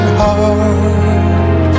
heart